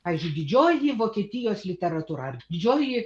pavyžiui didžioji vokietijos literatūra ar didžioji